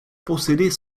posséder